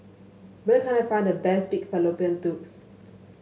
where can I find the best Pig Fallopian Tubes